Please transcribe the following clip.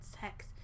sex